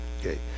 Okay